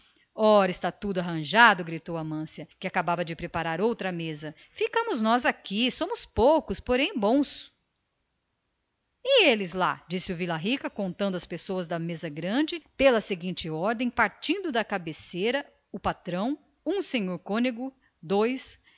ora está tudo arranjado gritou amância que acabava de preparar outra mesa ficamos nós aqui somos poucos porém bons e eles lá interrogou vila rica contando as pessoas da mesa grande pela seguinte ordem a partir da cabeceira o patrão um senhor cônego dois